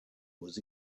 was